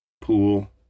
Pool